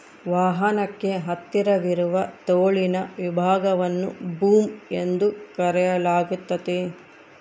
ವಾಹನಕ್ಕೆ ಹತ್ತಿರವಿರುವ ತೋಳಿನ ವಿಭಾಗವನ್ನು ಬೂಮ್ ಎಂದು ಕರೆಯಲಾಗ್ತತೆ